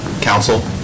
Council